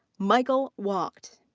michael wacht.